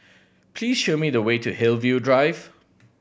please show me the way to Hillview Drive